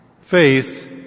Faith